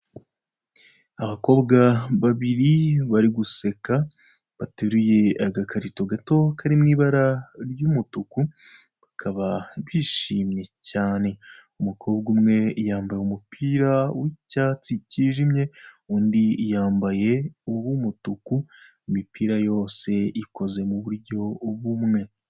Abakobwa babiri bari guseka, bateruye agakarito gato kari mu ibara ry'umutuku, bakaba bishimye cyane; umukobwa umwe yambaye umupira w'icyatsi cyijimye, undi yambaye uw'umutuku, imipira yose ikoze mu buryo bumwe.